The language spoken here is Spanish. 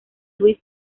luis